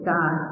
God